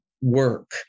work